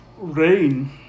Rain